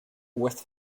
with